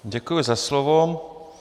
Děkuji za slovo.